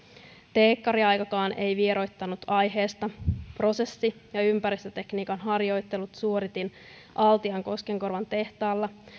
teekkariaikakaan ei vieroittanut aiheesta prosessi ja ympäristötekniikan harjoittelut suoritin altian koskenkorvan tehtaalla